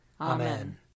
Amen